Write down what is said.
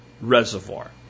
reservoir